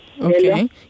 Okay